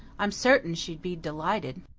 i'm certain she'd be delighted,